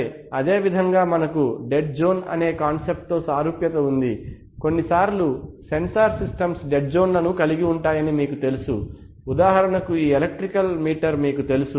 సరే అదేవిధంగా మనకు డెడ్ జోన్ అనే కాన్సెప్ట్ తో సారూప్యత ఉంది కొన్నిసార్లు సెన్సార్ సిస్టమ్స్ డెడ్ జోన్లను కలిగి ఉంటాయని మీకు తెలుసు ఉదాహరణకు ఈ ఎలక్ట్రికల్ మీటర్ మీకు తెలుసు